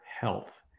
health